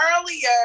earlier